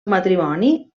matrimoni